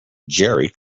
jerry